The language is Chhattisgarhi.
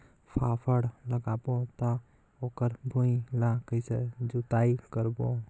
फाफण लगाबो ता ओकर भुईं ला कइसे जोताई करबो?